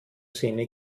zähne